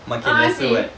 ah seh